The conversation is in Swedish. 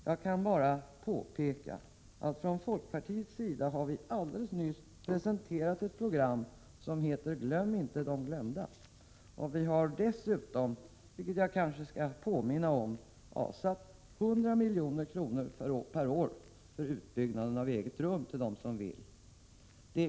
Jag kan bara påpeka att vi från folkpartiets sida alldeles nyligen har presenterat ett program som heter Glöm inte de glömda, och vi har dessutom —- vilket jag tydligen måste påminna om — avsatt 100 milj.kr. per år för utbyggnaden av egna rum till dem som vill ha sådana.